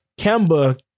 Kemba